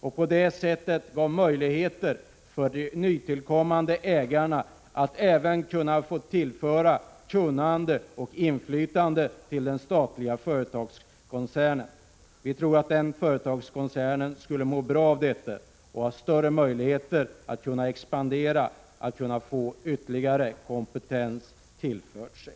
och på det sättet gav möjligheter för de nytillkommande ägarna att även tillföra kunnande och inflytande till den statliga företagskoncernen. Vi tror att den skulle må bra av detta och ha större möjligheter att expandera och få ytterligare kompetens tillförd.